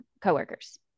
coworkers